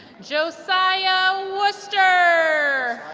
josiah wooster